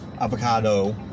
avocado